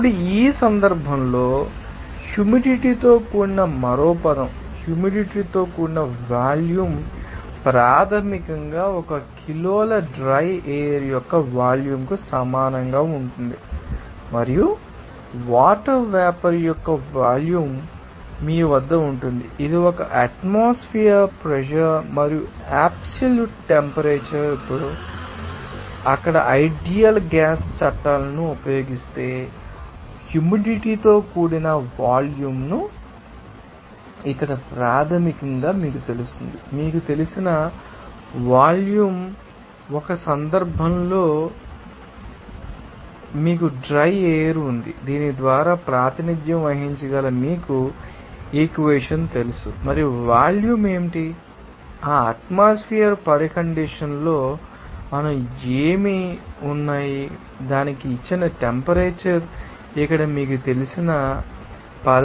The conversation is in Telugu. ఇప్పుడు ఈ సందర్భంలో హ్యూమిడిటీ తో కూడిన మరో పదం హ్యూమిడిటీ తో కూడిన వాల్యూమ్ ప్రాథమికంగా ఒక కిలోల డ్రై ఎయిర్ యొక్క వాల్యూమ్కు సమానంగా ఉంటుంది మరియు వాటర్ వేపర్ యొక్క వాల్యూమ్ మీ వద్ద ఉంటుంది ఇది ఒక అట్మాస్ఫెర్ ప్రెషర్ మరియు అబ్సల్యూట్ టెంపరేచర్ ఇప్పుడు మీరు అక్కడ ఐడియల్ గ్యాస్ చట్టాలను ఉపయోగిస్తే హ్యూమిడిటీ తో కూడిన వాల్యూమ్ను ఇక్కడ ప్రాథమికంగా మీకు తెలుస్తుంది మీకు తెలిసిన వాల్యూమ్ ఏది ఒక సందర్భంలో మీకు డ్రై ఎయిర్ ఉంది దీని ద్వారా ప్రాతినిధ్యం వహించగల మీకు ఈక్వెషన్ తెలుసు మరియు వాల్యూమ్ ఏమిటి ఆ అట్మాస్ఫెర్ పరికండిషన్స్ లో మనం ఏమి ఉన్నాము మరియు దానికి ఇచ్చిన టెంపరేచర్ ఇక్కడ మీకు తెలిసిన పదం ద్వారా వ్యక్తీకరించబడుతుంది